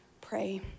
pray